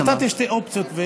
נתתי שתי אופציות.